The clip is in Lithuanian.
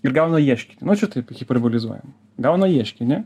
ir gauna ieškinį nu čia taip hiperbolizuojam gauna ieškinį